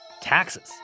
Taxes